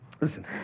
Listen